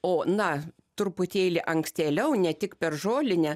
o na truputėlį ankstėliau ne tik per žolinę